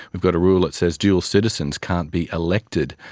we've got a rule that says dual citizens can't be elected,